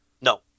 No